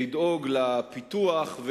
לדאוג לפיתוח,